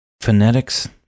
Phonetics